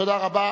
תודה רבה.